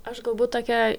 aš galbūt tokia